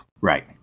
Right